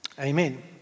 Amen